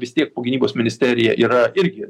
vis tiek po gynybos ministerija yra irgi